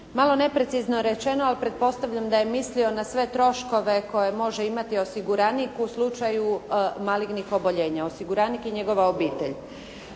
Malo neprecizno rečeno, ali pretpostavljam da je mislio na sve troškove koje može imati osiguranik u slučaju malignih oboljenja, osiguranik i njegova obitelj.